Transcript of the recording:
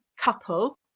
couple